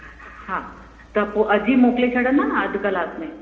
हा त पोइ अॼु ई मोकिले छॾींदा न अधु कलाक में